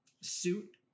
suit